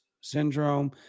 syndrome